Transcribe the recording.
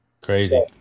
Crazy